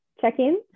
check-in